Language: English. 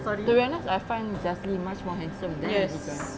to be honest I find jazli much more handsome than izuan